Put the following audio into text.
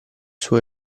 suo